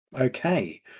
Okay